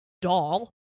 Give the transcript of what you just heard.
doll